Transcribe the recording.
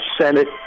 Senate